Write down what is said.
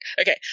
okay